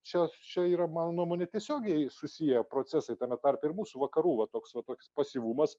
čia čia yra mano nuomone tiesiogiai susiję procesai tame tarpe ir mūsų vakarų va toks vat toks pasyvumas